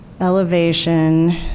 elevation